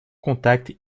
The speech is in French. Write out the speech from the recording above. contact